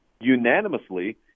unanimously